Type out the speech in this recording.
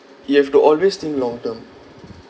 you have to always think long term